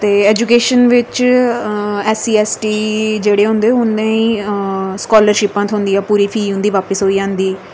ते ऐजुकेशन विच अऽ एस्स सी एस्स टी जेह्ड़े होंदे उ'नें गी स्कालरशिप्पां थ्होंदियां पूरी फीस उंदी वापस होई जंदी